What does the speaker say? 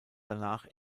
danach